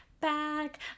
back